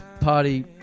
party